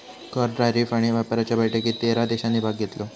कर, टॅरीफ आणि व्यापाराच्या बैठकीत तेरा देशांनी भाग घेतलो